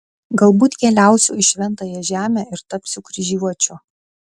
galbūt keliausiu į šventąją žemę ir tapsiu kryžiuočiu